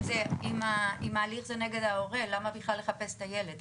אם ההליך זה נגד ההורה, למה בכלל לחפש את הילד?